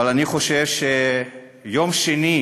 אבל אני חושב שאם ביום השני